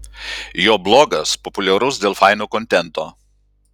jo blogas populiarus dėl faino kontento